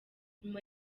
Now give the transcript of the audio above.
nyuma